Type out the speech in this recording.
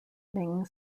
ming